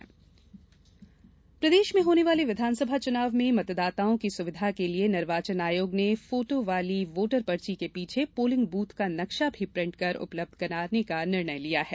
voter पर्ची booth नक्शा प्रदेश में होने वाले विधानसभा चुनाव में मतदाताओं की सुविधा के लिए निर्वाचन आयोग ने फोटो वाली वोटर पर्ची के पीछे पोलिंग बूथ का नक्शा भी प्रिंट कर उपलब्ध कराने का निर्णय लिया है